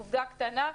עובדה קטנה.